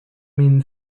min